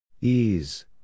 Ease